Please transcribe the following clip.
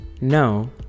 No